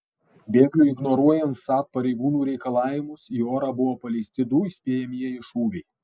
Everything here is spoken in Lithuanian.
bėgliui ignoruojant vsat pareigūnų reikalavimus į orą buvo paleisti du įspėjamieji šūviai